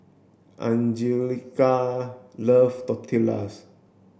Anjelica love Tortillas